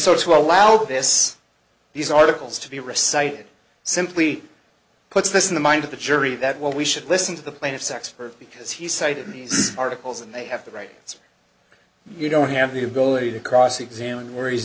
so to allow this these articles to be recited simply puts this in the mind of the jury that what we should listen to the plaintiffs expert because he cited in these articles and they have the rights you don't have the ability to cross examine worries